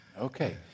Okay